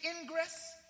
ingress